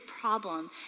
problem